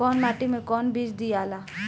कौन माटी मे कौन बीज दियाला?